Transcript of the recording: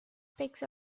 speaks